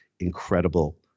incredible